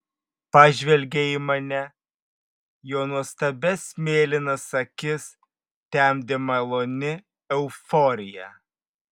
pažvelgė į mane jo nuostabias mėlynas akis temdė maloni euforija